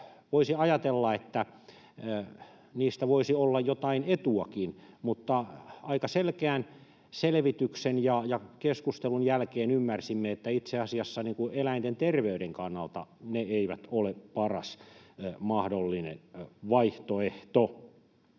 voisi ajatella, että niistä voisi olla jotain etuakin, mutta aika selkeän selvityksen ja keskustelun jälkeen ymmärsimme, että itse asiassa eläinten terveyden kannalta ne eivät ole paras mahdollinen vaihtoehto.